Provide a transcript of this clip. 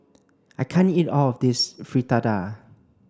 I can't eat all of this Fritada